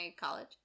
college